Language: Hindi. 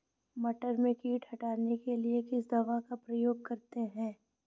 मटर में कीट हटाने के लिए किस दवा का प्रयोग करते हैं?